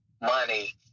money